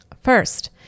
First